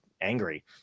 angry